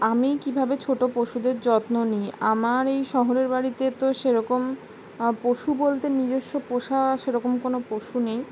আমি কীভাবে ছোট পশুদের যত্ন নিই আমার এই শহরের বাড়িতে তো সেরকম পশু বলতে নিজস্ব পোষা সেরকম কোনও পশু নেই